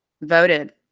voted